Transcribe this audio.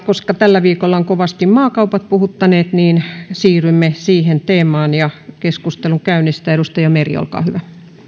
koska tällä viikolla ovat kovasti maakaupat puhuttaneet niin siirrymme siihen teemaan ja keskustelun käynnistää edustaja meri olkaa hyvä